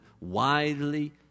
widely